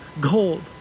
gold